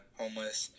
homeless